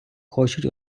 хочуть